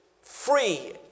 free